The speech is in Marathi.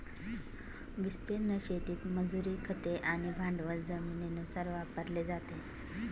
विस्तीर्ण शेतीत मजुरी, खते आणि भांडवल जमिनीनुसार वापरले जाते